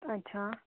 अच्छा